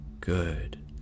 good